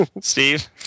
Steve